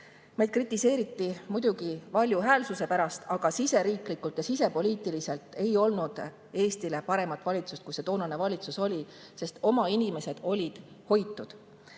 Meid kritiseeriti muidugi valjuhäälsuse pärast, aga siseriiklikult ja sisepoliitiliselt ei oleks Eestile olnud paremat valitsust, kui toonane valitsus oli, sest oma inimesed olid hoitud.